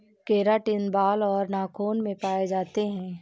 keratin बाल और नाखून में पाए जाते हैं